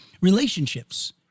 relationships